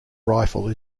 rifle